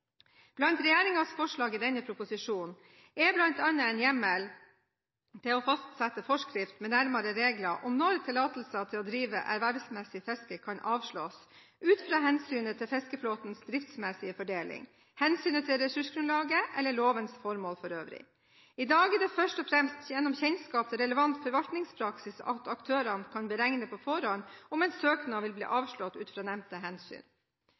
Blant regjeringens forslag i denne proposisjonen er en hjemmel til å fastsette forskrift med nærmere regler om når tillatelser til å drive ervervsmessig fiske kan avslås ut fra hensynet til fiskeflåtens distriktsmessige fordeling, ut fra hensynet til ressursgrunnlaget eller ut fra lovens formål for øvrig. I dag er det først og fremst gjennom kjennskap til relevant forvaltningspraksis at aktørene kan beregne på forhånd om en søknad vil bli avslått ut fra nevnte hensyn.